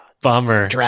Bummer